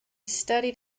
studied